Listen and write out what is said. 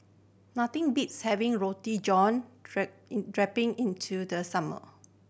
nothing beats having Roti John droping into the summer